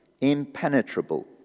impenetrable